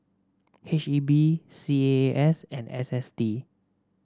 H E B C A A S and S S T